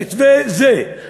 במתווה זה,